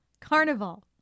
Carnival